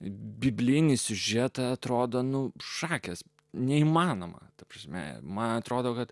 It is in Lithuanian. biblinį siužetą atrodo nu šakės neįmanoma ta prasme man atrodo kad